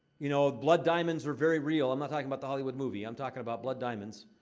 you know, blood diamonds are very real. i'm not talking about the hollywood movie. i'm talking about blood diamonds.